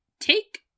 take